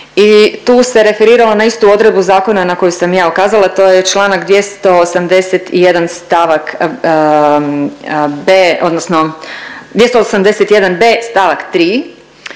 i tu se referiralo na istu odredbu zakona na koju sam ja ukazala, a to je čl. 281. st.